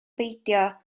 beidio